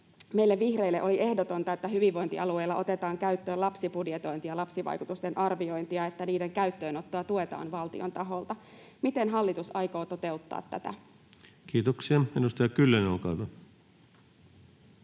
meille vihreille oli ehdotonta, että hyvinvointialueilla otetaan käyttöön lapsibudjetointi ja lapsivaikutusten arviointi ja että niiden käyttöönottoa tuetaan valtion taholta. Miten hallitus aikoo toteuttaa tätä? [Speech 348] Speaker: